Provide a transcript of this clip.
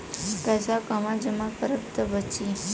पैसा कहवा जमा करब त बची?